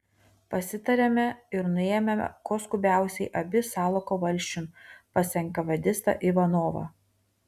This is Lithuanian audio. pasitarėme ir nuėjome kuo skubiausiai abi salako valsčiun pas enkavedistą ivanovą